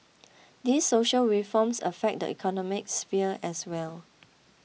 these social reforms affect the economic sphere as well